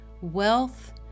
wealth